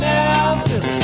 Memphis